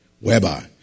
whereby